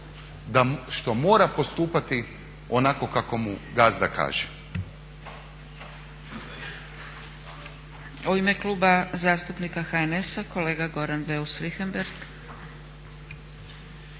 što mora postupati onako kako mu gazda kaže.